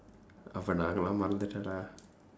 அப்ப எங்களை எல்லா மறந்துட்டேடா:appa engkalai ellaa marandthutdeedaa